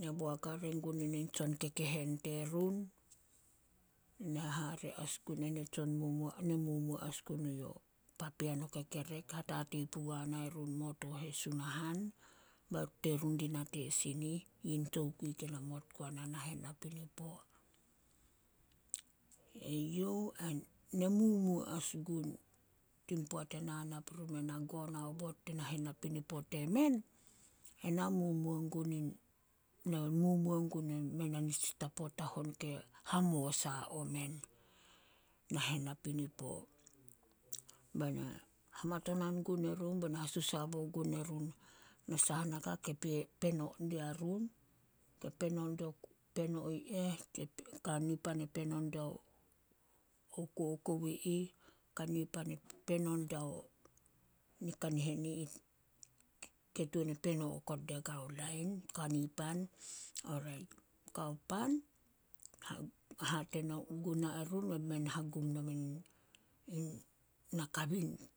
ne boak hare gun ena in tsonkekehen terun, ne hare as gun ena tsonmumuo, nae momuo as gun yo papean o kekerek hatatei pugua nae run mo tooh e Sunahan. Terun di nate sin ih. Yin tokui ke namot guna nahen napinipo. Na momuo as gun, tin poat e nana puri meh na gon aobot nahen napinipo temen, ena momuo gun in- na momuo gun emen a tsi tapo tahon ke hamosa omen, nahen napinipo. Bae na hamatonan gun erun ba na hasusa bo gun erun, na sahanaka ke pe- peno diarun, ke peno do peno i eh, kani pan peno diao o kokou i ih. Kani pan e peno diao ni kanihen i ih ke tuan e peno okot dia gao lain, kani pan. Orait, Kao pan, hate gu- guna erun be men hagum nomen in- in nakabin.